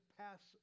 pass